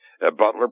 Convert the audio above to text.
Butler